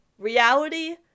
Reality